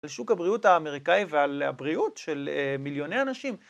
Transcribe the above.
על שוק הבריאות האמריקאי ועל הבריאות של מיליוני אנשים.